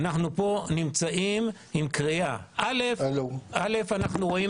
אנחנו פה נמצאים עם קריאה: אנחנו רואים